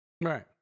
Right